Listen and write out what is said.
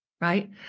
Right